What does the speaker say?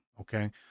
Okay